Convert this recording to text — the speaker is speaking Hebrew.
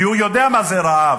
כי הוא יודע מה זה רעב,